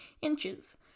inches